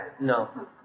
No